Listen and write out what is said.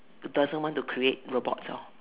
doesn't want to create robots orh